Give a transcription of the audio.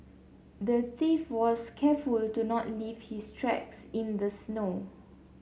the thief was careful to not leave his tracks in the snow